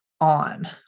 on